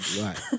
Right